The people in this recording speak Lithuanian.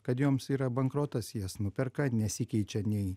kad joms yra bankrotas jas nuperka nesikeičia nei